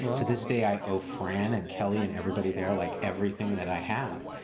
to this day, i owe fran and kelley and everybody there like everything that i have.